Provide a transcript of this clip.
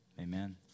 Amen